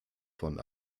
von